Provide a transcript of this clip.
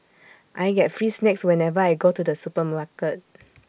I get free snacks whenever I go to the supermarket